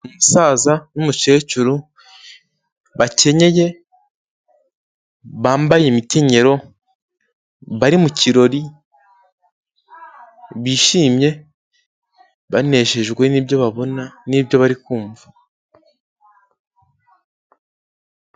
Umusaza n'umukecuru bakenyenye bambaye imikenyero bari mu kirori bishimye banejejwe n'ibyo babona n'ibyo bari kumva.